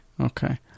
okay